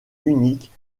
uniques